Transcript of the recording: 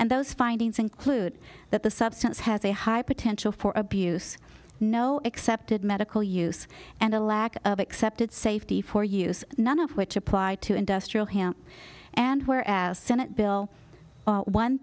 and those findings include that the substance has a high potential for abuse no accepted medical use and a lack of accepted safety for use none of which applied to industrial hemp and where as senate